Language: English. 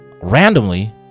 randomly